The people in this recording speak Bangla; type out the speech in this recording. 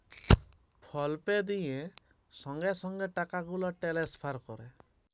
ফল পে দিঁয়ে সঙ্গে সঙ্গে টাকা গুলা টেলেসফার ক্যরে